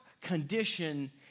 condition